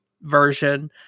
version